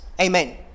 Amen